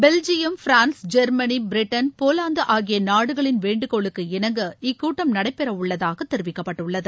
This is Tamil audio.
Belgium France Germany Britain Poland ஆகிய நாடுகளின் வேண்டுகோளுக்கு இணங்க இக்கூட்டம் நடைபெறவுள்ளதாக தெரிவிக்கப்பட்டுள்ளது